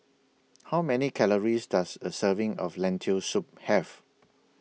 How Many Calories Does A Serving of Lentil Soup Have